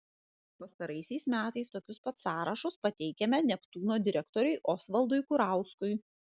pastaraisiais metais tokius pat sąrašus pateikiame neptūno direktoriui osvaldui kurauskui